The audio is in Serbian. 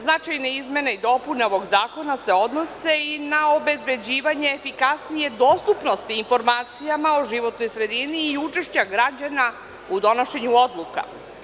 Značajne izmene i dopune ovog zakona se odnose i na obezbeđivanje efikasnije dostupnosti informacijama o životnoj sredini i učešća građana u donošenju odluka.